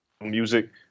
music